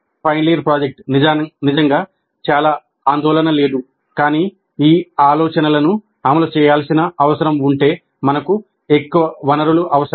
final year project నిజంగా చాలా ఆందోళన లేదు కానీ ఈ ఆలోచనలను అమలు చేయాల్సిన అవసరం ఉంటే మనకు ఎక్కువ వనరులు అవసరం